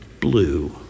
blue